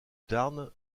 tarn